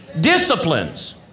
disciplines